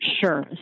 Sure